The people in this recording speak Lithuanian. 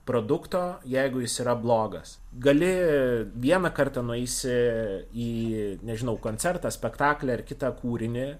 produkto jeigu jis yra blogas gali vieną kartą nueisi į nežinau koncertą spektaklį ar kitą kūrinį